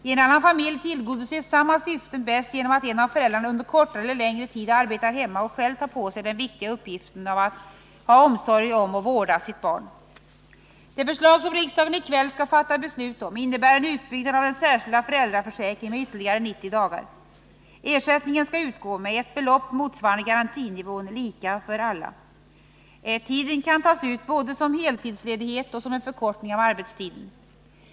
I en annan familj tillgodoses samma syfte bäst genom att en av föräldrarna under kortare eller längre tid arbetar hemma och själv tar på sig den viktiga uppgiften att ha omsorg om och vårda sitt barn. Det förslag som riksdagen i kväll skall fatta beslut om innebär en utbyggnad av den särskilda föräldraförsäkringen med ytterligare 90 dagar. Ersättningen skall utgå med ett belopp motsvarande garantinivån, lika för alla. Tiden kan tas ut både som heltidsledighet och som en förkortning av arbetstiden.